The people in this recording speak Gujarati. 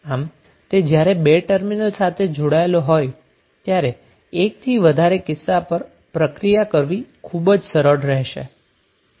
આમ તે જ્યારે બે ટર્મિનલ સાથે જોડાયેલા હોય ત્યારે એક થી વધારે કિસ્સા પર પ્રક્રિયા કરવી ખૂબ જ સરળ રહેશે